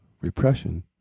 repression